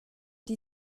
die